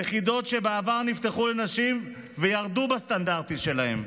יחידות שבעבר נפתחו לנשים וירדו בסטנדרטים שלהן.